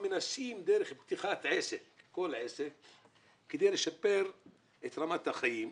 מנסים על ידי פתיחת עסק לשפר את רמת החיים.